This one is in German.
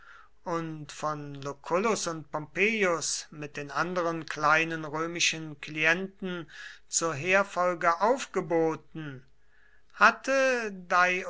und von lucullus und pompeius mit den anderen kleinen römischen klienten zur heerfolge aufgeboten hatte